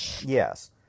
yes